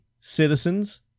citizens